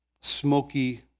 Smoky